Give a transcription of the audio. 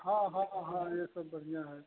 हाँ हाँ हाँ ये सब बढ़िया हैं